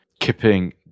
Keeping